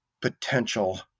potential